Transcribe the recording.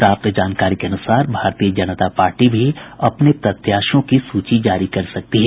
प्राप्त जानकारी के अनुसार भारतीय जनता पार्टी भी अपने प्रत्याशियों की सूची जारी कर सकती है